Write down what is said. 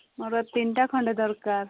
ମୋର ତିନିଟା ଖଣ୍ଡେ ଦରକାର